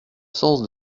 sens